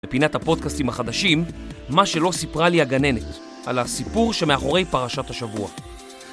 לפינת הפודקאסטים החדשים מה שלא סיפרה לי הגננת על הסיפור שמאחורי פרשת השבוע.